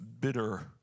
bitter